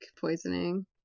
poisoning